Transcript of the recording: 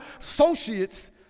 associates